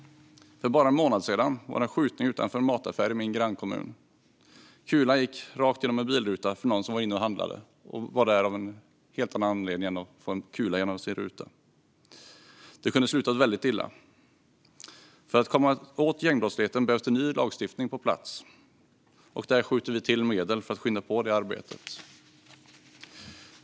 För bara en månad sedan var det en skjutning utanför en mataffär i min grannkommun. Kulan gick rakt igenom en bilruta för någon som var inne och handlade och som var där av en helt annan anledning än att få en kula genom sin ruta. Det kunde ha slutat väldigt illa. För att komma åt gängbrottsligheten behöver ny lagstiftning komma på plats, och där skjuter vi till medel för att skynda på arbetet.